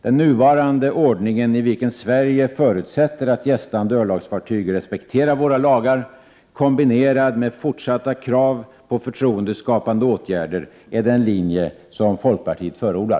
Den nuvarande ordningen, enligt vilken Sverige förutsätter att gästande örlogsfartyg respekterar våra lagar, kombinerad med fortsatta krav på förtroendeskapande åtgärder, är den linje folkpartiet förordar.